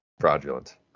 fraudulent